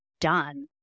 done